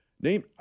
Name